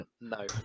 No